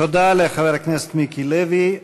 תודה לחבר הכנסת מיקי לוי.